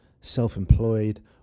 self-employed